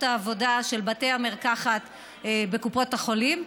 העבודה של בתי המרקחת בקופות החולים,